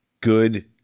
good